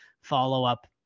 follow-up